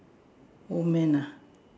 old man ah